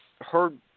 heard